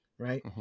Right